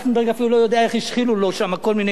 טרכטנברג אפילו לא יודע איך השחילו לו שם כל מיני דברים.